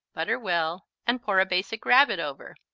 butter well and pour a basic rabbit over.